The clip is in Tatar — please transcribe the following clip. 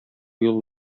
юлы